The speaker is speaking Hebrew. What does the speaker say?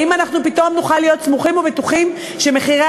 האם אנחנו פתאום נוכל להיות סמוכים ובטוחים שמחירי